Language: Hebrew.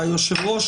היושב-ראש,